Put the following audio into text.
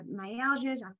myalgias